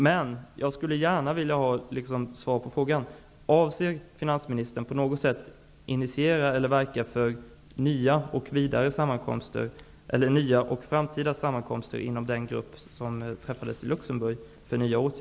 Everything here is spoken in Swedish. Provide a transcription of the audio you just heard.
Men jag skulle gärna vilja ha svar på frågan: Avser finansministern att på något sätt verka för att nya och framtida sammankomster kommer till stånd inom den grupp för nya åtgärder som träffades i Luxemburg?